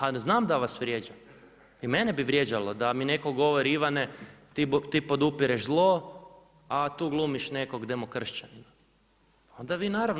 A znam da vas vrijeđa i mene bi vrijeđalo da mi neko govori Ivane ti podupireš zlo, a tu glumiš nekog demokršćanina [[Upadica Opačić: Vrijeme.]] Hvala.